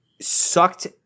sucked